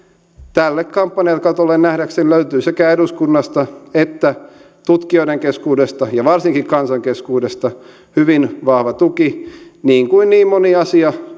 tälle kampanjakatolle nähdäkseni löytyy sekä eduskunnasta että tutkijoiden keskuudesta ja varsinkin kansan keskuudesta hyvin vahva tuki niin kuin niin monessa asiassa